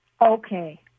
Okay